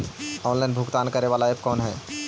Online भुगतान करे बाला ऐप कौन है?